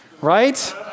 right